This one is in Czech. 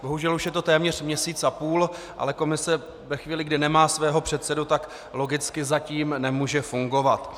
Bohužel už je to téměř měsíc a půl, ale komise ve chvíli, kdy nemá svého předsedu, logicky zatím nemůže fungovat.